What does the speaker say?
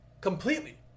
Completely